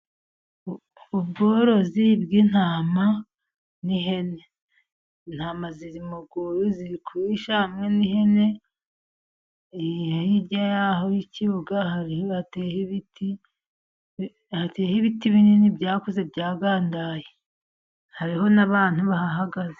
Ubworozi bw'intama n'ihene, intama ziri mu rwuri ziri kurisha hamwe n'ihene, hirya yaho y'ikibuga hateye ibiti binini byakuze byagandaye hariho n'abantu bahagaze.